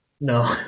No